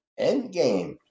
Endgame